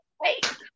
wait